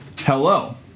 Hello